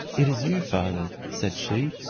it is you, father, said she,